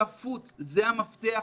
שותפות היא המפתח.